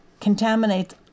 contaminates